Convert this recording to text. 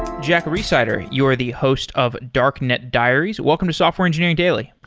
jack rhysider, you are the host of darknet diaries. welcome to software engineering daily.